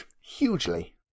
hugely